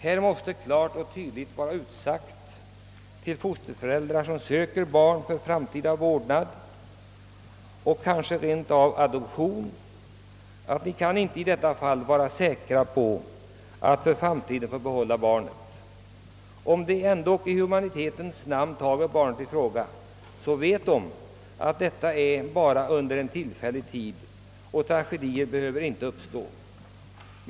Här måste klart och tydligt vara utsagt till fosterföräldrar, som söker barn för framtida vårdnad och kanske rent av adoption, att de i detta fall inte kan vara säkra på att för framtiden få behålla barnet. Om de ändock i humanitetens namn tager vård om barnet i fråga, vet de att detta bara är under en tillfällig tid, och tragedier behöver inte uppstå.